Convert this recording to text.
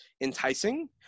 enticing